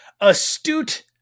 astute